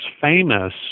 famous